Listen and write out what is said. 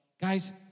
guys